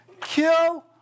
Kill